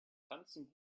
tanzen